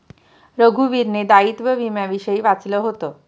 रघुवीरने दायित्व विम्याविषयी वाचलं होतं